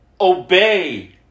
obey